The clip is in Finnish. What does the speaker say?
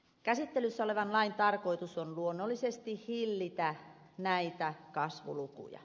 käsittelyssä olevan lain tarkoitus on luonnollisesti hillitä näitä kasvulukuja